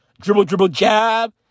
dribble-dribble-jab